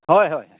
ᱦᱚᱭ ᱦᱚᱭ